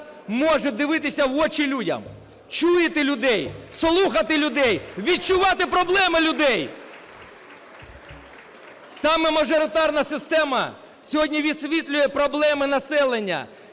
може дивитися в очі людям, чути людей, слухати людей, відчувати проблеми людей! Саме мажоритарна система сьогодні висвітлює проблеми населення,